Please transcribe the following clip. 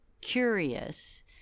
curious